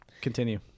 Continue